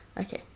okay